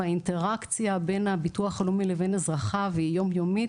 והאינטראקציה בין הביטוח הלאומי לבין אזרחיו היא יום יומית